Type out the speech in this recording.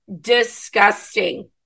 disgusting